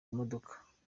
imodoka